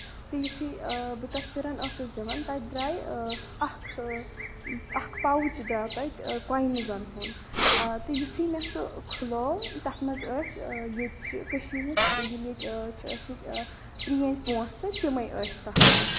تہٕ یِتُھے بہٕ تَتھ پھِرن ٲسٕس دِوان تَتہِ درٛایہِ اکھ اکھ پاوُچ درٛاو تَتہِ کوینٕزن ہُنٛد تہٕ یِتُھے مےٚ سُہ کھٔلو تَتھ منٛز ٲسۍ ییتہِ چہِ کٔشیٖر ہِنٛز یِم ییٚتہِ چھِ ٲسۍ مٕتۍ پرٲنۍ پونسہٕ تِمٕے ٲسۍ تَتھ منٛز